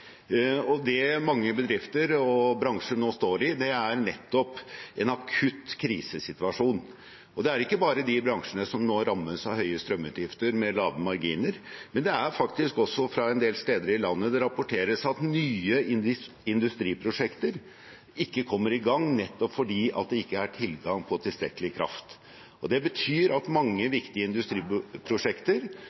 Det mange bedrifter og bransjer nå står i, er en akutt krisesituasjon, og det gjelder ikke bare de bransjene som nå rammes av høye strømutgifter, med lave marginer, men det rapporteres faktisk også fra en del steder i landet at nye industriprosjekter ikke kommer i gang fordi det ikke er tilgang på tilstrekkelig kraft. Det betyr at mange viktige industriprosjekter